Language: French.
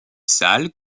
sale